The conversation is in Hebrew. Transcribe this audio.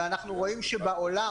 ואנחנו רואים שבעולם,